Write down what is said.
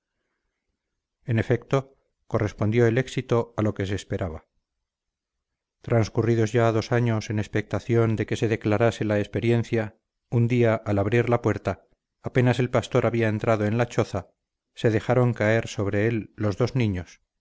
en efecto correspondió el éxito a lo que se esperaba transcurridos ya dos años en expectación de que se declarase la experiencia un día al abrir la puerta apenas el pastor había entrado en la choza se dejaron caer sobre él los dos niños